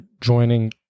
joining